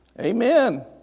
Amen